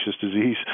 disease